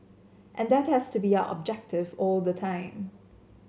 and that has to be our objective all the time